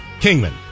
Kingman